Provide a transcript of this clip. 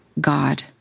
god